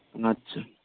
ᱚᱻ ᱟᱪᱪᱷᱟ